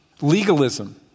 Legalism